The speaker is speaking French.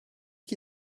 qui